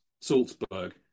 Salzburg